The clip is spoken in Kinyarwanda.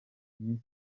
miss